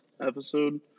episode